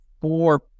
four